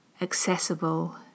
accessible